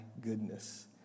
goodness